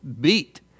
beat